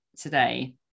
today